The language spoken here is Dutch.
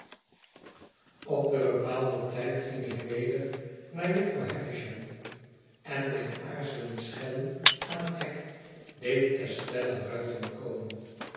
op den bepaalden tijd ging ik weder naar jufvrouw havisham en mijn aarzelend schellen aan het hek deed estella